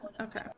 Okay